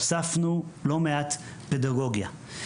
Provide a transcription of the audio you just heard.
הוספנו לא מעט פדגוגיה,